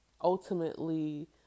ultimately